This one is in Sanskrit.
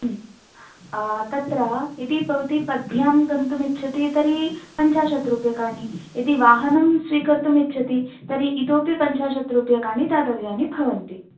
तत्र यदि भवती पद्भ्यां गन्तुमिच्छति तर्हि पञ्चाशत् रूप्यकाणि यदि वाहनं स्वीकर्तुमिच्छति तर्हि इतोपि पञ्चाशत् रूप्यकाणि दातव्यानि भवन्ति